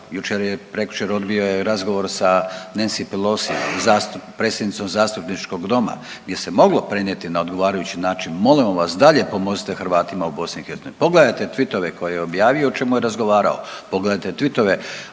Jučer, prekjučer odbio je razgovor sa Nensy Pelosi predsjednicom zastupničkog doma gdje se moglo prenijeti na odgovarajući način molimo vas dalje pomozite Hrvatima u BiH. Pogledajte tvitove koje je objavio, o čemu je razgovarao. Pogledajte tvitove